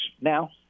now